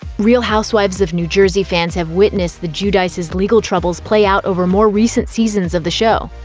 real housewives of new jersey fans have witnessed the giudices' legal troubles play out over more recent seasons of the show.